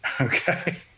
Okay